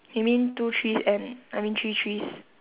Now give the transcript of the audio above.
you mean two trees and I mean three trees